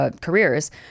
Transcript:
careers